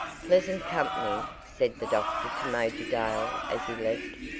pleasant company, said the doctor to major dale as he left,